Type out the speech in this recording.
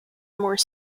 more